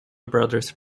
brothers